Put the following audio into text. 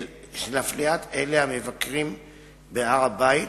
אלא המבקרים בהר-הבית,